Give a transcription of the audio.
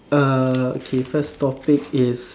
uh okay first topic is